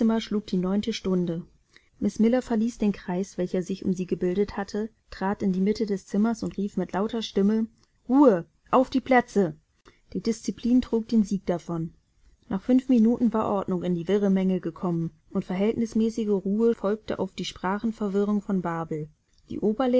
schlug die neunte stunde miß miller verließ den kreis welcher sich um sie gebildet hatte trat in die mitte des zimmers und rief mit lauter stimme ruhe auf die plätze die disziplin trug den sieg davon nach fünf minuten war ordnung in die wirre menge gekommen und verhältnismäßige ruhe folgte auf die sprachenverwirrung von babel die